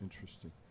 interesting